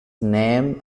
name